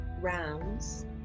rounds